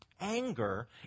Anger